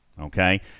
Okay